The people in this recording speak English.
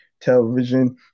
Television